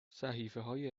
صحیفههای